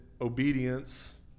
obedience